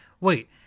Wait